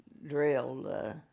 drilled